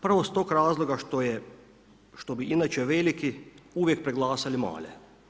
Prvo iz tog razloga što bi inače veliku uvijek preglasali male.